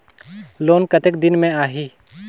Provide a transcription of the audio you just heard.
Loan कतेक दिन मे आही?